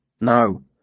No